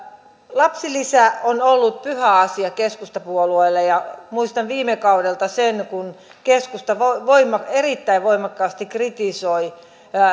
lapsilisä on ollut pyhä asia keskustapuolueelle ja muistan viime kaudelta sen kun keskusta erittäin voimakkaasti kritisoi